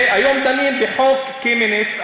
והיום דנים בחוק קמיניץ,